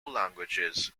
languages